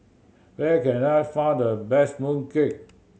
where can I find the best mooncake